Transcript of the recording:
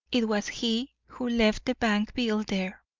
it was he who left the bank bill there.